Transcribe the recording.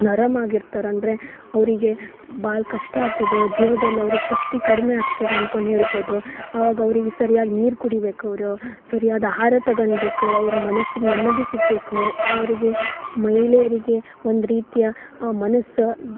ನರಮಾಗ್ ಇರ್ತಾರೆ ಅಂದರೆ ಅವರಿಗೆ ಭಾಳ ಕಷ್ಟ ಆತಿದ್ ಜೀವದಲ್ಲಿ ಅವ್ರಿಗೆ ಶಕ್ತಿ ಕಡ್ಮೆ ಆಗ್ತದೆ ಅಂದ್ಕೊಂಡು ಹೇಳ್ಬೌದ್ ಅವಾಗ ಅವ್ರಿಗೆ ಸರಿಯಾಗಿ ನೀರು ಕುಡಿಬೇಕು ಅವ್ರು ಸರಿಯಾದ ಆಹಾರ ತಗಂಡ್ಬೇಕು ಅವ್ರ ಮನಸ್ಸಿಗೆ ನೆಮ್ಮದಿ ಸಿಗಬೇಕು ಅವರಿಗೆ ಮಹಿಳೆಯರಿಗೆ ಒಂದು ರೀತಿಯ ಆ ಮನಸ್ಸು